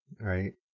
right